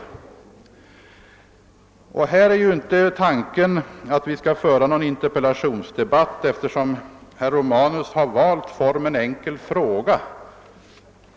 Tanken är ju inte att vi här skall föra någon interpellationsdebatt, eftersom herr Romanus har valt formen enkel fråga.